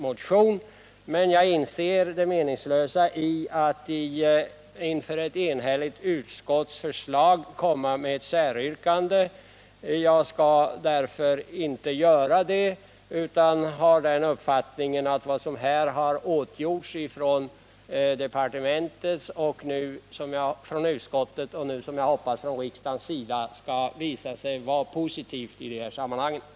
Eftersom jag inser det meningslösa i att framställa ett säryrkande mot ett enhälligt utskottsförslag vill jag bara framföra den förhoppningen att de åtgärder som utskottet föreslagit och som riksdagen troligen kommer att anta skall visa sig ha positiva effekter.